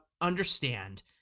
understand